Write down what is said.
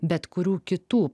bet kurių kitų